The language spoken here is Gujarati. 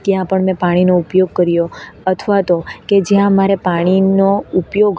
ત્યાંપણ મેં પાણીનો ઉપયોગ કર્યો અથવા તો કે જ્યાં મારે પાણીનો ઉપયોગ